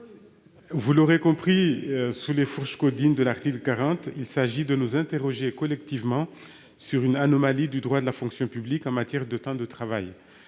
quel rapport ! Sous les fourches caudines de l'article 40, il s'agit de nous interroger collectivement sur une anomalie du droit de la fonction publique en matière de temps de travail.